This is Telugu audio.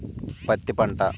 పత్తి పంట